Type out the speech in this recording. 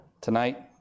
Tonight